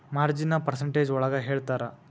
ಮಾರ್ಜಿನ್ನ percentage ಒಳಗ ಹೇಳ್ತರ